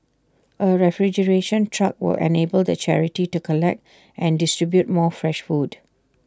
A refrigeration truck will enable the charity to collect and distribute more fresh food